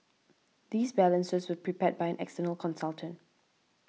these balances were prepared by an external consultant